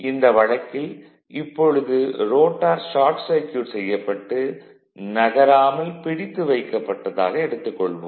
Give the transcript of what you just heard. இந்த வழக்கில் இப்பொழுது ரோட்டார் ஷார்ட் சர்க்யூட் செய்யப்பட்டு நகராமல் பிடித்து வைக்கப்பட்டதாக எடுத்துக் கொள்வோம்